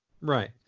Right